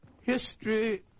History